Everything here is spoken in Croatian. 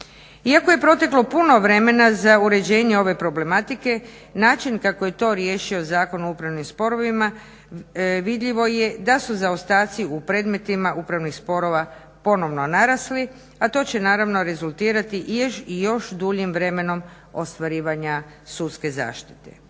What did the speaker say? Iako je proteklo puno vremena za uređenje ove problematike, način kako je to riješio Zakon o upravnim sporovima vidljivo je da su zaostaci u predmetima upravnih sporova ponovno narasli, a to će naravno rezultirati i još duljim vremenom ostvarivanja sudske zaštite.